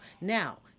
now